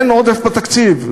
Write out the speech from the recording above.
אין עודף בתקציב,